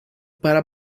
para